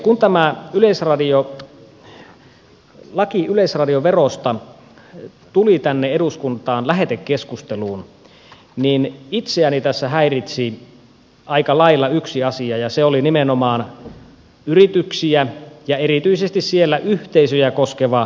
kun tämä laki yleisradioverosta tuli tänne eduskuntaan lähetekeskusteluun niin itseäni tässä häiritsi aika lailla yksi asia ja se oli nimenomaan yrityksiä ja erityisesti siellä yhteisöjä koskeva veromalli